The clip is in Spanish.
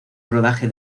rodaje